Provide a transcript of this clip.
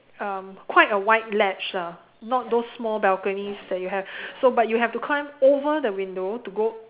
um quite a wide ledge ah not those small balconies that you have so but you have to climb over the window to go